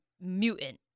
mutant